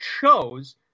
chose